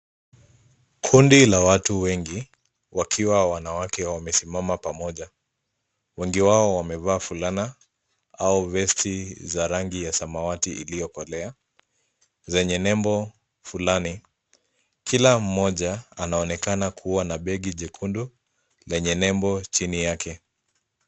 Kundi la watu wengi wakiwa wanawake wamesimama pamoja. Wengi wao wamevaa fulana au vest za rangi ya samawati iliyokolea zenye nembo fulani. Kila mmoja anaonekana kuwa na begi jekundu lenye nembo chini yake.